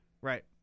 Right